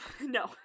no